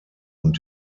und